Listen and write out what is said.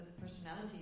personality